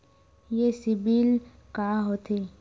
ये सीबिल का होथे?